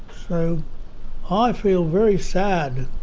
so i feel very sad.